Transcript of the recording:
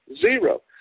Zero